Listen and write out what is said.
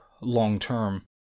long-term